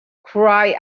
cry